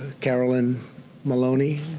caroline maloney.